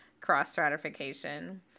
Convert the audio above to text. cross-stratification